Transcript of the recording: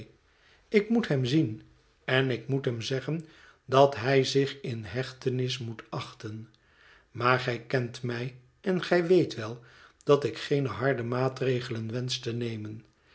ik moet hem zien en ik moet hem zeggen dat hij zich in hechtenis moet achten maar gij kent mij en gij weet wel dat ik geene harde maatregelen wensch te nemen